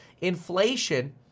inflation